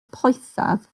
poethaf